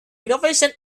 innovation